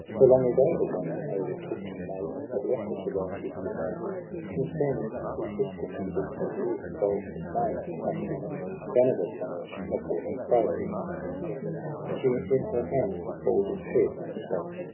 her long ago the wandering oder took to mate, but left her to roam distant lands since then she seeks him, and weeps tears of gold. names hath she many vanadis on earth they call her, freya is her name in heaven she in her hands took balder's head, and spake